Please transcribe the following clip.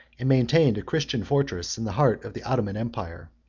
and maintained a christian fortress in the heart of the ottoman empire.